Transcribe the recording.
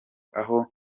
aho